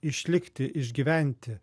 išlikti išgyventi